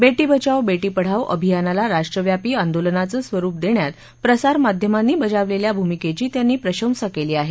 बेटी बचाओ बेटी पढाओ अभियानाला राष्ट्रव्यापी आंदोलनाचं स्वरुप देण्यात प्रसार माध्यमानी बजावलेल्या भूमिकेची त्यांनी प्रशंसा केली आहे